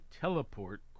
teleport